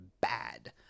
bad